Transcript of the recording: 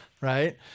right